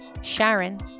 Sharon